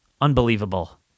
Unbelievable